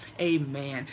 Amen